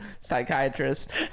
psychiatrist